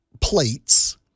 plates